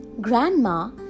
Grandma